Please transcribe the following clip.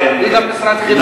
היא גם משרד חינוך.